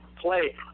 play